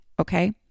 Okay